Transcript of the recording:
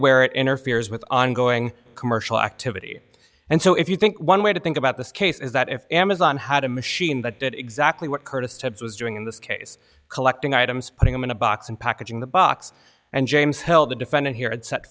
where it interferes with ongoing commercial activity and so if you think one way to think about this case is that if amazon had a machine that did exactly what curtis types was doing in this case collecting items putting them in a box and packaging the box and james held the defendant here and set